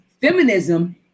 feminism